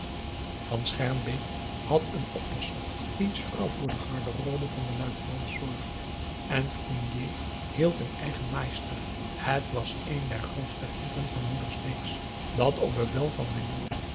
van schermbeek had een oppasser wiens vrouw voor de garderobe van den luitenant zorgde en fournier hield een eigen naaister het was een der grootste grieven van moeder sleeks dat op bevel van meneer